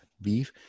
beef